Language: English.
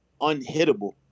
unhittable